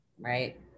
right